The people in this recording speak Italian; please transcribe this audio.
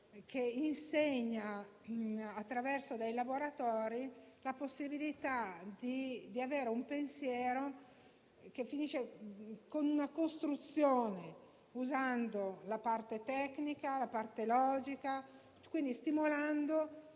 di insegnare, attraverso dei laboratori, la possibilità di avere un pensiero che finisce con una costruzione, usando la parte tecnica e la parte logica e stimolando